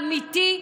אמיתי,